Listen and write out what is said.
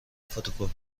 فتوکپی